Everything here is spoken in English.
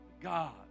god